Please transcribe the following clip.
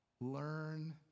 Learn